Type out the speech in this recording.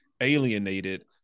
alienated